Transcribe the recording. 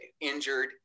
injured